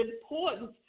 important